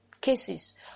cases